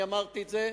אני אמרתי את זה,